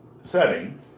setting